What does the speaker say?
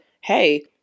hey